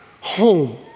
home